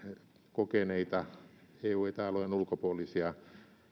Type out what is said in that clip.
kokeneita eu ja eta alueen ulkopuolisia